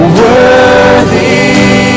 worthy